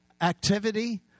activity